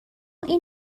این